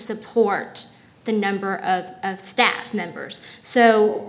support the number of staff members so